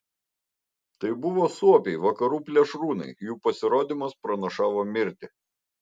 tai buvo suopiai vakarų plėšrūnai jų pasirodymas pranašavo mirtį